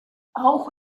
auch